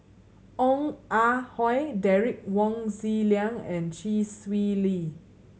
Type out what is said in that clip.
Ong Ah Hoi Derek Wong Zi Liang and Chee Swee Lee